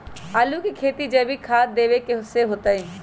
आलु के खेती जैविक खाध देवे से होतई?